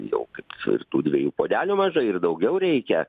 jau kaip čia ir tų dviejų puodelių mažai ir daugiau reikia